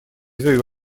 этой